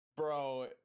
Bro